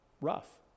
rough